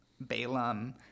Balaam